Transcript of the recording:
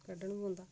कड्ढन पौंदा